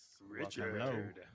Richard